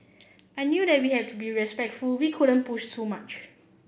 I knew that we had to be very respectful we couldn't push too much